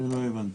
אני לא הבנתי.